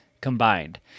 combined